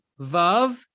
Vav